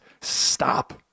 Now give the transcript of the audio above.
stop